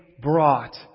brought